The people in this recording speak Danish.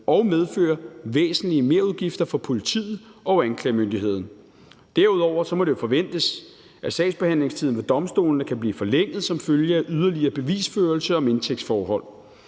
og medføre væsentlige merudgifter for politiet og anklagemyndigheden. Derudover må det forventes, at sagsbehandlingstiden ved domstolene kan blive forlænget som følge af yderligere bevisførelse om indtægtsforhold.